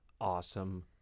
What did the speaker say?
awesome